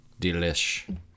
delish